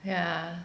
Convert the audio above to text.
yeah